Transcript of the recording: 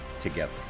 together